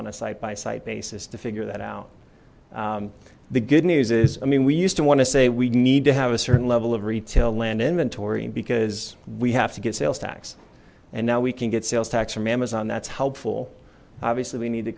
on a site by site basis to figure that out the good news is i mean we used to want to say we need to have a certain level of retail land inventory because we have to get sales tax and now we can get sales tax from amazon that's helpful obviously we need to